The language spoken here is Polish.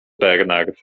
bernard